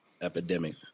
epidemic